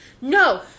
no